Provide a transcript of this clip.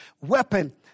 weapon